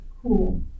cool